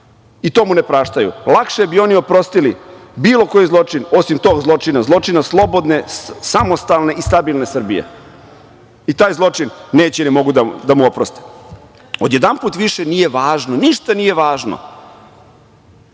I to mu ne praštaju. Lakše bi oni oprostili bilo koji zločin osim tog zločina, zločina slobodne, samostalne i stabilne Srbije. I taj zločin neće i ne mogu da mu oproste. Odjedanput više nije važno, ništa nije važno.